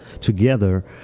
Together